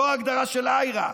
לא ההגדרה של IHRA,